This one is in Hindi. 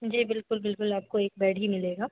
जी बिल्कुल बिल्कुल आपको एक बेड ही मिलेगा